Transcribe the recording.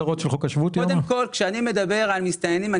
כשאני מדבר על מסתננים,